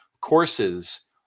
courses